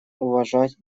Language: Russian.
уважать